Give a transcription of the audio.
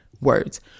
words